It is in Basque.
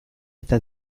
eta